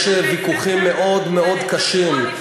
יש ויכוחים מאוד מאוד קשים,